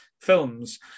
films